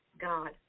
God